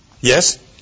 Yes